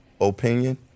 opinion